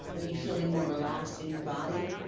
ah you feeling more relaxed in your body?